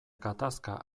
gatazka